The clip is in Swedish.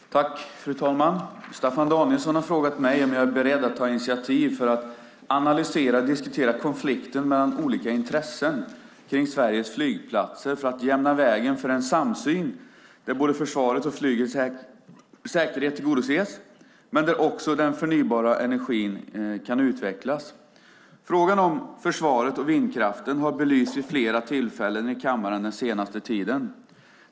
Fru talman! Staffan Danielsson har frågat mig om jag är beredd att ta initiativ för att analysera och diskutera konflikten mellan olika intressen kring Sveriges flygplatser för att jämna vägen för en samsyn, där både försvarets och flygets säkerhet tillgodoses men där också den förnybara energin kan utvecklas. Frågan om försvaret och vindkraften har belysts vid flera tillfällen i kammaren den senaste tiden.